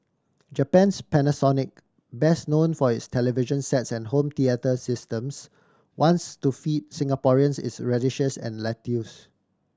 Japan's Panasonic best known for its television sets and home theatre systems wants to feed Singaporeans its radishes and lettuce